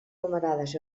numerades